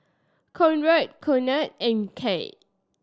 Conrad Conard and Kate